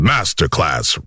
Masterclass